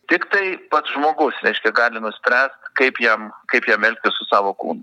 tiktai pats žmogus reiškia gali nuspręst kaip jam kaip jam elgtis su savo kūnu